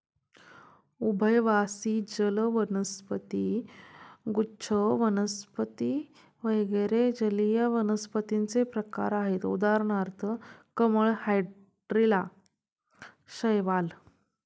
उभयवासी जल वनस्पती, गुच्छ वनस्पती वगैरे जलीय वनस्पतींचे प्रकार आहेत उदाहरणार्थ कमळ, हायड्रीला, शैवाल